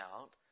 out